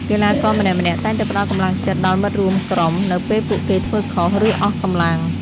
កីឡាករម្នាក់ៗតែងតែផ្តល់កម្លាំងចិត្តដល់មិត្តរួមក្រុមនៅពេលពួកគេធ្វើខុស ឬអស់កម្លាំង។